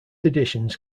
editions